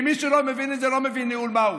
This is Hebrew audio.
אם מישהו לא מבין את זה, הוא לא מבין ניהול מהו.